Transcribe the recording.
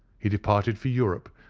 he departed for europe,